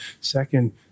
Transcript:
Second